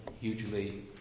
hugely